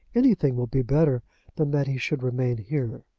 anything will be better than that he should remain here.